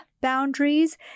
boundaries